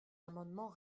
amendement